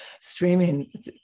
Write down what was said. streaming